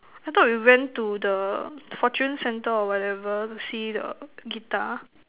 I thought you went to the Fortune Centre or whatever to see the guitar